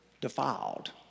defiled